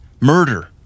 murder